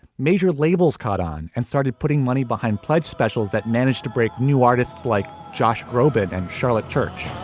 major labels caught on and started putting money behind pledge specials that managed to break new artists like josh groban and charlotte church